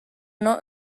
not